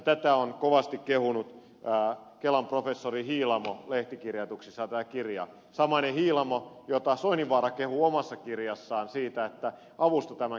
tätä kirjaa on lehtikirjoituksessaan kovasti kehunut kelan professori hiilamo samainen hiilamo jota soininvaara kehuu omassa kirjassaan avusta tämän kirjan kirjoittamisessa